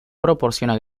proporciona